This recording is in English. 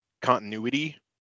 continuity